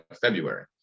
February